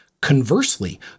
Conversely